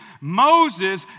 Moses